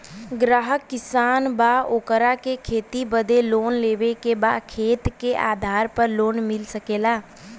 ग्राहक किसान बा ओकरा के खेती बदे लोन लेवे के बा खेत के आधार पर लोन मिल सके ला?